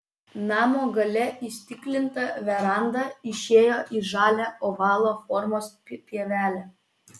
namo gale įstiklinta veranda išėjo į žalią ovalo formos pievelę